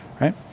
right